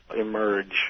emerge